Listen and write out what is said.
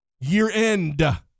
Year-end